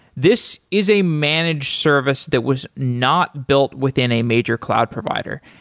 this is a managed service that was not built within a major cloud provider.